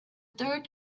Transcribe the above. third